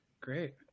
Great